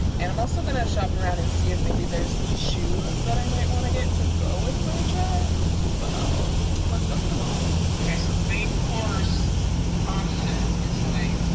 and i'm also gonna shop around and see if maybe there's some shoes that i might wanna get to go with my dress. so let's go to the mall. okay so the main course option is like